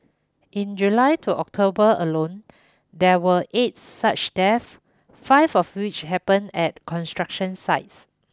in July to October alone there were eight such death five of which happened at construction sites